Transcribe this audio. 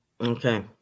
Okay